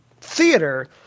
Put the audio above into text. theater